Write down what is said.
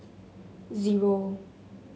zero